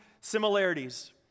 similarities